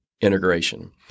integration